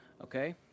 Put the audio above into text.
Okay